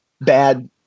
bad